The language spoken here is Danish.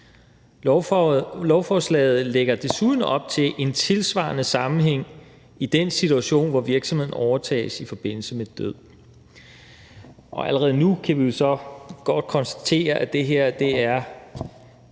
Lovforslaget lægger desuden op til en tilsvarende sammenhæng i den situation, hvor virksomheden overtages i forbindelse med død. Allerede nu kan vi jo så godt konstatere, at det her for